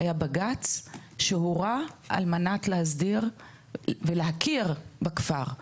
היה בג"ץ שהורה על מנת להסדיר ולהכיר בכפר.